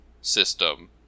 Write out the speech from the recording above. system